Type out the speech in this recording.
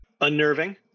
Unnerving